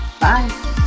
Bye